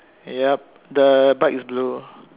yup the bike is blue